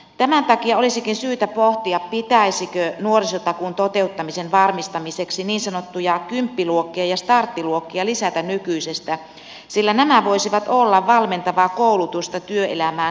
tämän takia olisikin syytä pohtia pitäisikö nuorisotakuun toteuttamisen varmistamiseksi niin sanottuja kymppiluokkia ja starttiluokkia lisätä nykyisestä sillä nämä voisivat olla valmentavaa koulutusta työelämään siirtymiselle